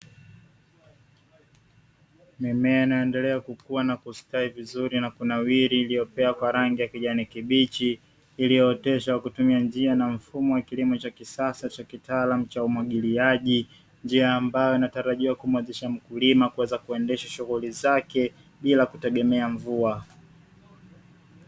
Mimea inayoendelea kukua na kustawi vizuri na kunawiri iliyopea kwa rangi ya kijani kibichi, iliyooteshwa kwakutumia njia na mfumo wa kilimo cha kisasa cha kitaalamu cha umwagiliaji; njia ambayo inatarajiwa kumwezesha mkulima kuendesha shughuli zake bila kutegemea mvua.